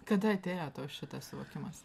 kada atėjo tau šitas suvokimas